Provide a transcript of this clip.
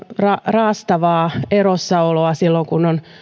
raastavaa erossaoloa silloin kun on